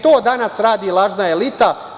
To danas radi lažna elita.